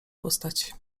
postać